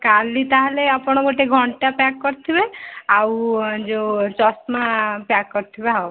କାଲି ତାହାଲେ ଆପଣ ଗୋଟେ ଘଣ୍ଟା ପ୍ୟାକ୍ କରିଥିବେ ଆଉ ଯେଉଁ ଚଷମା ପ୍ୟାକ୍ କରିଥିବେ ଆଉ